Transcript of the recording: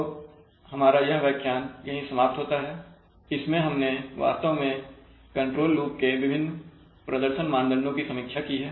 तो हमारा यह व्याख्यान यही समाप्त होता है इसमें हमने वास्तव में कंट्रोल लूप के विभिन्न प्रदर्शन मानदंडों की समीक्षा की है